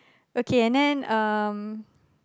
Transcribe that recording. okay and then um